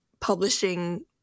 publishing